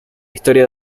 historia